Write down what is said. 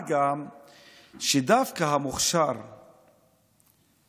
מה גם שדווקא המוכש"ר